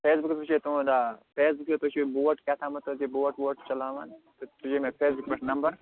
face بُکَس وُچھیے تُہٕنٛد آ فیس بُک پٮ۪ٹھ وُچھے بوٹ کیٛاہتامَتھ حظ یہِ بوٹ ووٹ چھِ چلاوان تُجے مےٚ فیس بُک پٮ۪ٹھ نمبَر